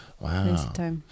wow